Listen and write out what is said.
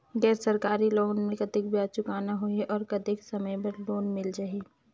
गैर सरकारी लोन मे कतेक ब्याज चुकाना होही और कतेक समय बर लोन मिल जाहि?